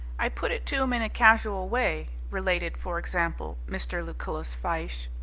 i put it to him in a casual way, related, for example, mr. lucullus fyshe,